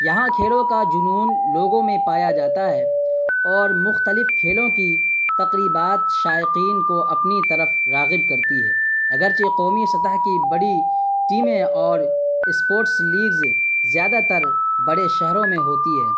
یہاں کھیلوں کا جنون لوگوں میں پایا جاتا ہے اور مختلف کھیلوں کی تقریبات شائقین کو اپنی طرف راغب کرتی ہے اگرچہ قومی سطح کی بڑی ٹیمیں اور اسپورٹس لیگز زیادہ تر بڑے شہروں میں ہوتی ہے